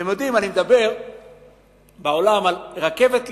אתם יודעים, אני מדבר בעולם על רכבת לאילת,